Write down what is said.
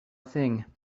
thing